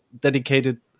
dedicated